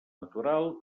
natural